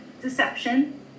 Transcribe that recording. deception